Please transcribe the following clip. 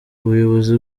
ubuyobozi